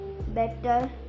better